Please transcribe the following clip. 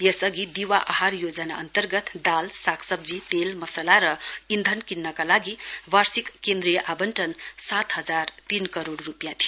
यसअघि दीवा आहार योजना अन्तर्गत दाल सागसब्जी तेल मसाला र इन्धन किन्नका लागि वार्षिक केन्द्रीय आवंटन सात हजार तीन करोड़ रुपियाँ थियो